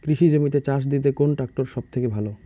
কৃষি জমিতে চাষ দিতে কোন ট্রাক্টর সবথেকে ভালো?